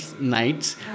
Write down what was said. nights